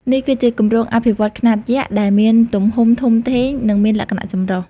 នេះគឺជា គម្រោងអភិវឌ្ឍន៍ខ្នាតយក្ស ដែលមានទំហំធំធេង និងមានលក្ខណៈចម្រុះ។